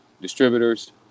distributors